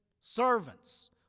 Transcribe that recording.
servants